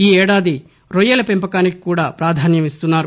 ఈ ఏడాది రొయ్యల పెంపకానికి కూడా ప్రాధాన్యం ఇస్తున్నారు